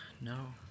No